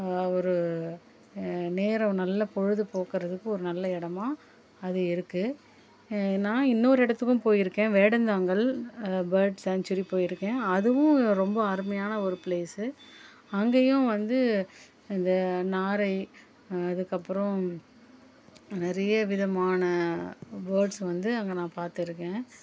ஒரு நேரம் நல்ல பொழுது போக்குகிறதுக்கு ஒரு நல்ல இடமா அது இருக்குது நான் இன்னோரு இடத்துக்கும் போயிருக்கேன் வேடந்தாங்கள் பேர்ட்ஸ் சேன்ச்சுரி போயிருக்கேன் அதுவும் ரொம்ப அருமையான ஒரு ப்ளேஸு அங்கேயும் வந்து இந்த நாரை அதுக்கு அப்புறம் நிறைய விதமான பேர்ட்ஸ் வந்து அங்கே நான் பார்த்து இருக்கேன்